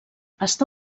està